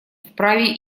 вправе